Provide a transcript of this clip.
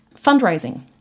fundraising